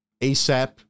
ASAP